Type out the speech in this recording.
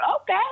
Okay